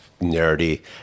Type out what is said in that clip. nerdy